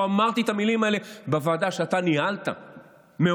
לא אמרתי את המילים האלה בוועדה שאתה ניהלת מעולם.